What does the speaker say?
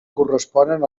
corresponen